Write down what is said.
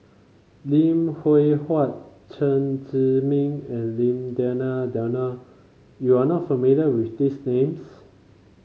Lim Hwee Hua Chen Zhiming and Lim Denan Denon you are not familiar with these names